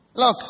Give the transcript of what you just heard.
look